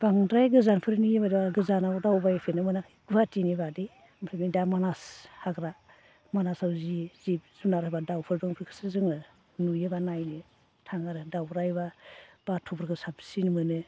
बांद्राय गोजानफोरनि एबा गोजानाव दावबायफेरनो मोनाखै गुवाहाटीनि बादै ओमफ्राय बे दा मानास हाग्रा मानासाव जि जिब जुनार एबा दाउफोर दं बेफोरखौसो जोङो नुयो एबा नायनो थाङो आरो दाउराय एबा बाथ'फोरखौ साबसिन मोनो